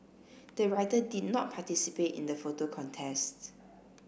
the writer did not participate in the photo contest